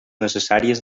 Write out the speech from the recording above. necessàries